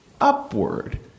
upward